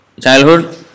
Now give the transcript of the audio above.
childhood